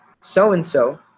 so-and-so